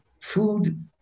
food